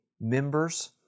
members